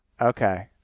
Okay